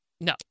No